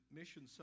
mission